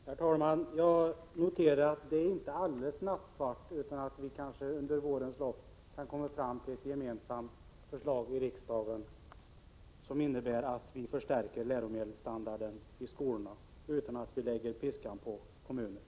Herr talman! Jag noterar att det inte är alldeles nattsvart utan att vi kanske under våren kan komma fram till ett gemensamt förslag till riksdagen, som innebär att vi förstärker läromedelsstandarden i skolan utan att vi behöver lägga piskan på kommunerna.